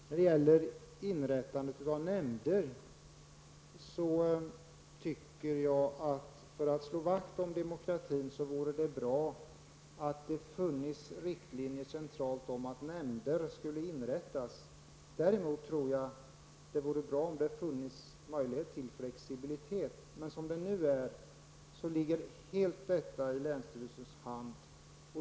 När det gäller inrättande av nämnder tycker jag att det, om man vill slå vakt om demokratin, vore bra om det funnits riktlinjer centralt om att nämnder skall inrättas. Däremot tror jag att det vore bra om det fanns möjligheter till flexibilitet. Som det nu är ligger allt helt i länsstyrelsens hand.